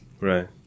Right